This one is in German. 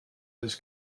des